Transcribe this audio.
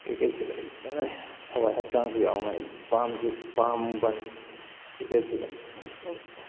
ꯀ꯭ꯔꯤꯛꯀꯦꯠꯁꯤꯗ ꯑꯩ ꯍꯦꯟꯅ ꯊꯋꯥꯏ ꯍꯛꯆꯥꯡꯁꯤ ꯌꯥꯎꯅ ꯑꯩ ꯄꯥꯝꯕꯅꯤ ꯀ꯭ꯔꯤꯛꯀꯦꯠꯁꯤꯗ